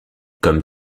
comme